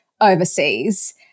overseas